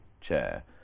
chair